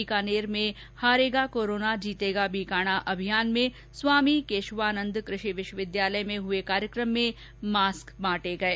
बीकानेर में हारेगा कोरोना जीतेगा बीकाणा अभियान में स्वामी केशवानन्द कृषि विश्वविद्यालय में हुए कार्यक्रम में मास्क बांटे गये